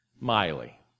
Miley